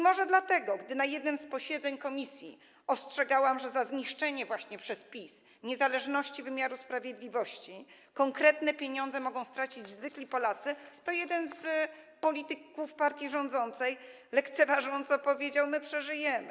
Może dlatego, gdy na jednym z posiedzeń komisji ostrzegałam, że za zniszczenie przez PiS niezależności wymiaru sprawiedliwości konkretne pieniądze mogą stracić zwykli Polacy, jeden z polityków partii rządzącej lekceważąco powiedział: my przeżyjemy.